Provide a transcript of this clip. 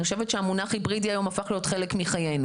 אני חושבת שהמונח היברידי הפך היום להיות חלק מחיינו.